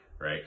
Right